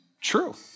True